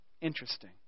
Interesting